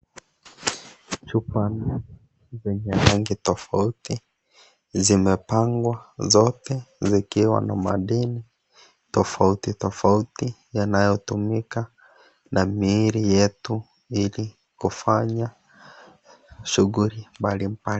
Chupa zenye rangi tofauti zimepangwa, zote zikiwa na madini tofauti tofauti yanayotumika na miili yetu Ili kufanya shughuli mbalimbali.